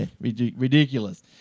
ridiculous